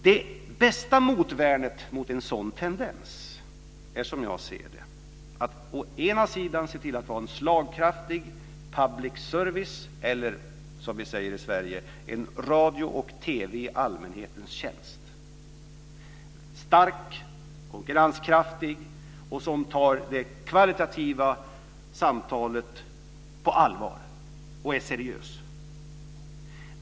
Det bästa motvärnet mot en sådan tendens är, som jag ser det, att vi ser till att vi har en slagkraftig public service eller, som vi säger i Sverige, en radio och TV i allmänhetens tjänst som är stark, konkurrenskraftig och som tar det kvalitativa samtalet på allvar och är seriös.